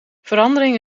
verandering